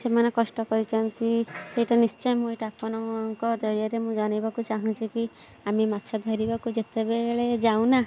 ସେମାନେ କଷ୍ଟ କରିଛନ୍ତି ସେଇଟା ନିଶ୍ଚୟ ମୁଁ ଏଇଟା ଆପଣଙ୍କ ଜରିଆରେ ମୁଁ ଜଣେଇବାକୁ ଚାଁହୁଛି କି ଆମେ ମାଛ ଧରିବାକୁ ଯେତେବେଳେ ଯାଉ ନା